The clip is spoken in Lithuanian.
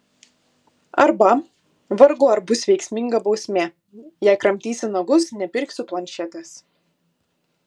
arba vargu ar bus veiksminga bausmė jei kramtysi nagus nepirksiu planšetės